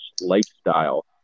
lifestyle